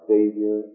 Savior